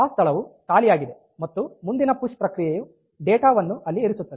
ಆ ಸ್ಥಳವು ಖಾಲಿಯಾಗಿದೆ ಮತ್ತು ಮುಂದಿನ ಪುಶ್ ಪ್ರಕ್ರಿಯೆಯು ಡೇಟಾ ವನ್ನು ಅಲ್ಲಿ ಇರಿಸುತ್ತದೆ